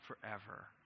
forever